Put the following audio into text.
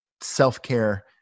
self-care